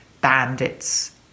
bandits